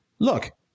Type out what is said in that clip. Look